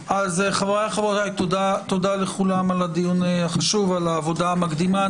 תודה לכולם על הדיון החשוב, על העבודה המקדימה.